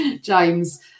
James